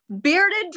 Bearded